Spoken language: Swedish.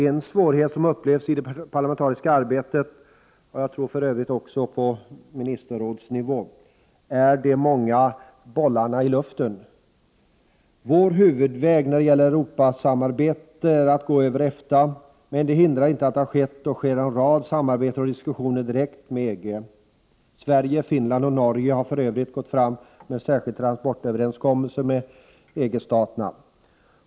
En svårighet som upplevs i det parlamentariska arbetet — och jag tror för övrigt också på ministerrådsnivå — är de ”många bollarna i luften”. Vår huvudväg när det gäller Europasamarbete är att gå över EFTA, men det hindrar inte att det har skett och sker en rad samarbeten och diskussioner direkt med EG. Sverige, Finland och Norge har för övrigt gått fram med en särskild transportöverenskommelse med EG-staterna.